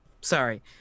sorry